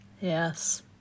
Yes